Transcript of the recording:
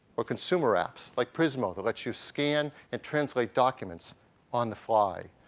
or consumer apps like prizmo that lets you scan and translate documents on the fly.